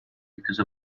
because